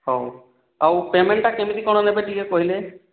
ହଉ ଆଉ ପେ'ମେଣ୍ଟଟା କେମିତି କଣ ନେବେ ଟିକେ କହିଲେ